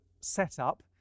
setup